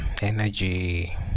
energy